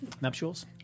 nuptials